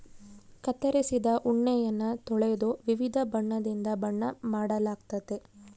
ಕತ್ತರಿಸಿದ ಉಣ್ಣೆಯನ್ನ ತೊಳೆದು ವಿವಿಧ ಬಣ್ಣದಿಂದ ಬಣ್ಣ ಮಾಡಲಾಗ್ತತೆ